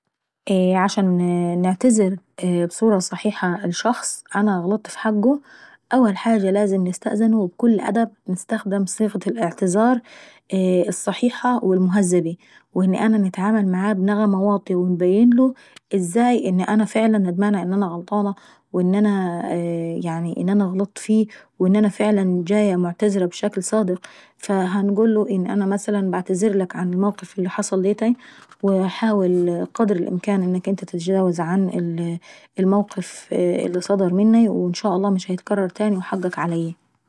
عشان نعتذر بصورة صحيحة لشخص انا اغلطت في حقه، اول حاجة لازم نستأذنه ونستخدم ابكل أدب صيغة الاعتذار الصحيحة والمهذبي. وان انا نتعامل معاه بنغمة واطية وانبينله ازاي انا غلطانة وندمانة وان انا يعني انا غلطت فيه وان انا جاية معتذرة بشكل صادق وانا بعتذرلك على الموقف ديتاي، وهنقوله حاول انك انت قدر الامكان انك انت تتجاوز عن الموقف اللي صدر مناي وان شاء مش هيتكرر تاني وحقك عليي.